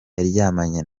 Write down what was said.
yaryamanye